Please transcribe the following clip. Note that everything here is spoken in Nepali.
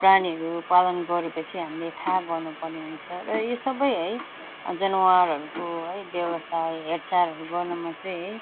प्राणीहरू पालन गरे पछि हामीले थाहा गर्नु पर्ने हुन्छ र यो सब है जनावरहरूको है व्यवसाय हेरचाहहरू गर्नुमा चाहिँ है